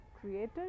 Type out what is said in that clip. created